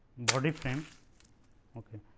body frame ok,